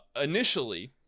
initially